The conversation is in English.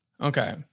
Okay